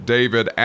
David